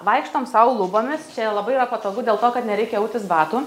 vaikštom sau lubomis čia labai yra patogu dėl to kad nereikia autis batų